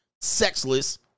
sexless